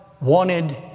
wanted